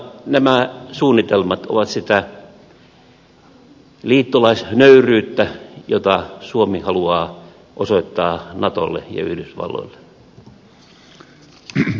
nämä suunnitelmat ovat sitä liittolaisnöyryyttä jota suomi haluaa osoittaa natolle ja yhdysvalloille